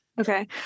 Okay